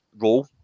role